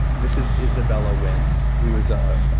this is izabella wentz who is a.